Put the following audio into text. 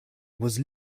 was